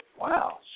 Wow